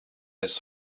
his